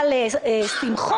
אבל שמחון,